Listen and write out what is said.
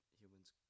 humans